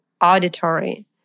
auditory